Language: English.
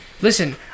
listen